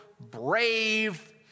brave